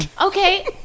Okay